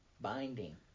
binding